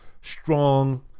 strong